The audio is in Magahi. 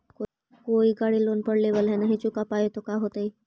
कोई गाड़ी लोन पर लेबल है नही चुका पाए तो का होतई?